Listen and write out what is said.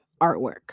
artwork